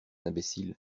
imbécile